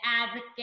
advocate